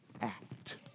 act